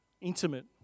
intimate